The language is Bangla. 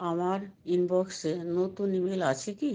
আমার ইনবক্সে নতুন ইমেল আছে কি